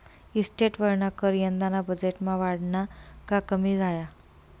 इस्टेटवरना कर यंदाना बजेटमा वाढना का कमी झाया?